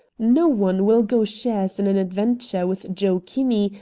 no one will go shares in an adventure with joe kinney,